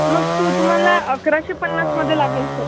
मग तू तुम्हाला अकराशे पन्नासमध्ये लागेल सर